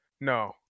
No